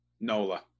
nola